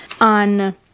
on